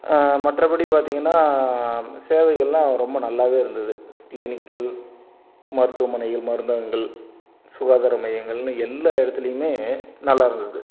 மற்றபடி பார்த்திங்கனா சேவைகள்லெலாம் ரொம்ப நல்லாவே இருந்தது க்ளீனிக்குகள் மருத்துவமனைகள் மருந்தகங்கள் சுகாதார மையங்கள்னு எல்லா இடத்துலையுமே நல்லா இருந்தது